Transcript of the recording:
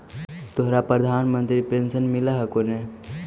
तोहरा प्रधानमंत्री पेन्शन मिल हको ने?